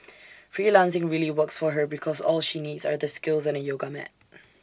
freelancing really works for her because all she needs are the skills and A yoga mat